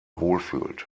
wohlfühlt